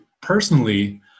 personally